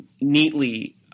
neatly